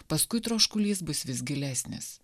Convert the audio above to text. paskui troškulys bus vis gilesnis